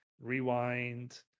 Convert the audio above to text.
Rewind